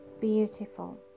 beautiful